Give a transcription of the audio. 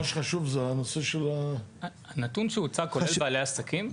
מה שחשוב זה הנושא של --- הנתון שהוצג כולל בעלי עסקים?